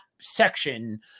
section